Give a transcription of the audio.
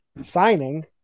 signing